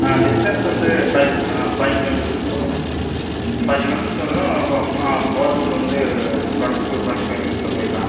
ஆ distance வந்து five kilo ah five kilometres வரும் five kilometres வரும் up போறதுக்கு வந்து டொண்ட்டி டூ டொண்ட்டி ஃபைவ் மினிட்ஸில் போயிடலாம்